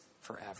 forever